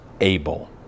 able